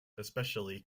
especially